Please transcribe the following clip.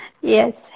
Yes